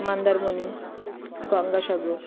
Mandarmani Gangasagar